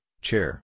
chair